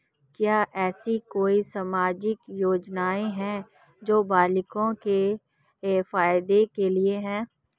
क्या ऐसी कोई सामाजिक योजनाएँ हैं जो बालिकाओं के फ़ायदे के लिए हों?